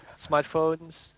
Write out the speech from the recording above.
smartphones